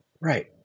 Right